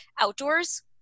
outdoors